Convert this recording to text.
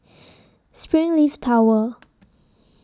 Springleaf Tower